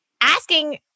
asking